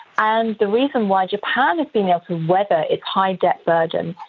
and the reason why japan has been able to weather its high debt burden,